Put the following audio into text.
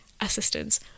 assistance